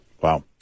Wow